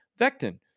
Vectin